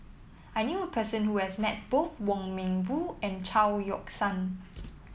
I knew a person who has met both Wong Meng Voon and Chao Yoke San